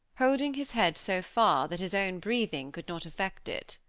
holding his head so far that his own breathing could not affect it.